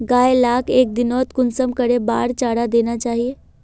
गाय लाक एक दिनोत कुंसम करे बार चारा देना चही?